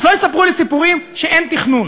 אז שלא יספרו לי סיפורים שאין תכנון.